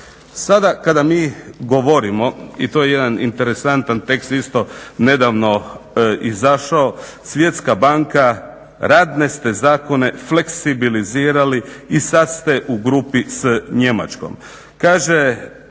Sada kada mi govorimo i to je jedan interesantan tekst isto nedavno izašao, Svjetska banka radne ste zakone fleksibilizirali i sad ste u grupi s Njemačkom.